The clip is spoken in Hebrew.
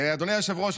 אדוני היושב-ראש,